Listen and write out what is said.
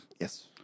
Yes